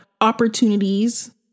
opportunities